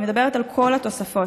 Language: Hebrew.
אני מדברת על כל התוספות.